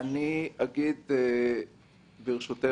אני לא אתייחס